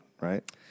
right